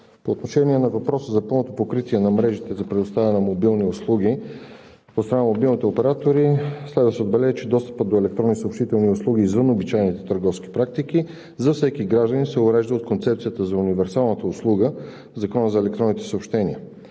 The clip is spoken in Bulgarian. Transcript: по отношение на въпроса за пълното покритие на мрежите за предоставяне на мобилни услуги от страна на мобилните оператори следва да се отбележи, че достъпът до електронни съобщителни услуги извън обичайните търговски практики за всеки гражданин се урежда от Концепцията за универсалната услуга в Закона за електронните съобщения.